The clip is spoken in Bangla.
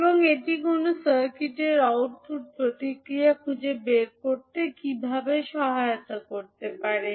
এবং এটি কোনও সার্কিটের আউটপুট প্রতিক্রিয়া খুঁজে বের করতে কীভাবে সহায়তা করতে পারে